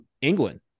England